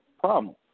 problem